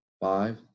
five